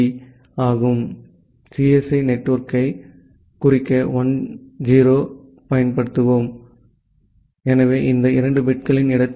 எனவே சிஎஸ்இ நெட்வொர்க்கைக் குறிக்க 1 0 ஐப் பயன்படுத்துவோம் எனவே இந்த இரண்டு பிட்களின் இடத்தில்